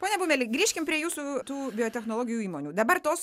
pone bumeli grįžkim prie jūsų tų biotechnologijų įmonių dabar tos